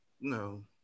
No